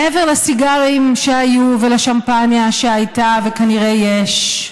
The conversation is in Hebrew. מעבר לסיגרים שהיו ולשמפניה שהייתה, וכנראה יש,